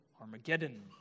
Armageddon